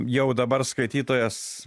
jau dabar skaitytojas